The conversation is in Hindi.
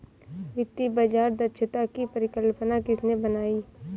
वित्तीय बाजार दक्षता की परिकल्पना किसने बनाई?